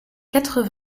quatre